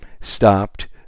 stopped